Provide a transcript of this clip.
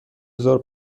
هزار